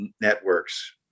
networks